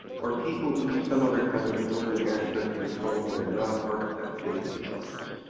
or people who do some other kind of building access control, but are not part of that safety office.